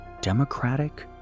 democratic